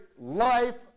life